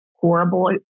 horrible